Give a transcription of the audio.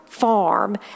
farm